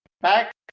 back